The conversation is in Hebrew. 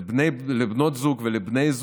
לבנות ובני הזוג,